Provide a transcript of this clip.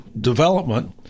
development